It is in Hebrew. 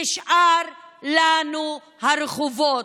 נשארו לנו הרחובות.